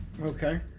Okay